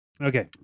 Okay